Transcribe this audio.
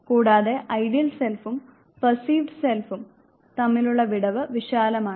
കൂടാതെ ഐഡിയൽ സെൽഫും പെർസീവ്ഡ് സെൽഫും തമ്മിലുള്ള വിടവ് വിശാലമാണ്